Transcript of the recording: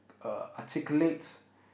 uh articulate